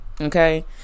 Okay